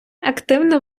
активно